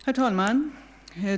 Herr talman!